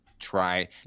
Try